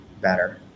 better